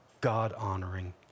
God-honoring